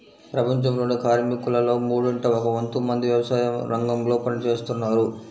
ప్రపంచంలోని కార్మికులలో మూడింట ఒక వంతు మంది వ్యవసాయరంగంలో పని చేస్తున్నారు